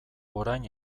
orain